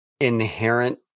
inherent